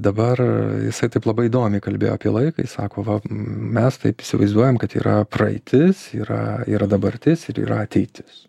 dabar jisai taip labai įdomiai kalbėjo apie laiką jis sako va mes taip įsivaizduojam kad yra praeitis yra yra dabartis ir yra ateitis